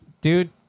Dude